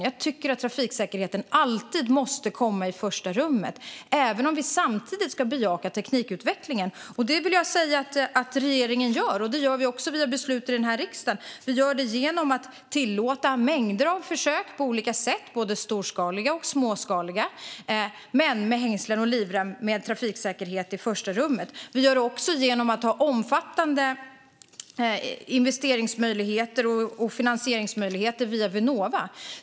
Jag tycker att trafiksäkerheten alltid måste komma i första rummet, även om vi samtidigt ska bejaka teknikutvecklingen. Det vill jag säga att regeringen gör. Det gör vi också via beslut i denna riksdag. Vi gör det genom att tillåta mängder av försök på olika sätt, både storskaliga och småskaliga men med hängslen och livrem och med trafiksäkerheten i första rummet. Vi gör det också genom att ha omfattande investeringsmöjligheter och finansieringsmöjligheter via Vinnova.